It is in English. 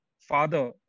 father